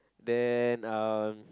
then um